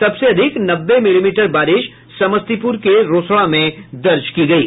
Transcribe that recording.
सबसे अधिक नब्बे मिलीमीटर बारिश समस्तीपुर के रोसड़ा में दर्ज की गयी